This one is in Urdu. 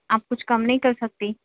آپ کچھ کم نہیں کر سکتی